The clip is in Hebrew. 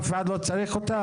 אף אחד לא צריך אותם?